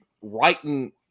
writing